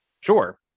Sure